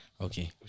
okay